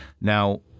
Now